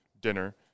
dinner